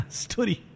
story